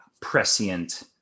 prescient